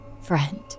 friend